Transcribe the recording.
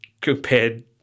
compared